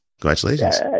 Congratulations